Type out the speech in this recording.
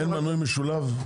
אין מנוי משולב?